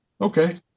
okay